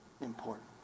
important